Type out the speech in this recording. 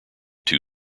two